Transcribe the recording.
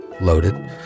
loaded